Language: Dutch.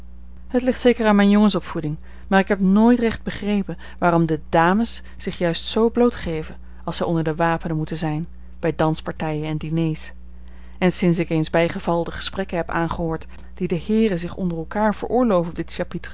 het ligt zeker aan mijn jongens opvoeding maar ik heb nooit recht begrepen waarom de dames zich juist zoo blootgeven als zij onder de wapenen moeten zijn bij danspartijen en diners en sinds ik eens bijgeval de gesprekken heb aangehoord die de heeren zich onder elkaar veroorloven op dit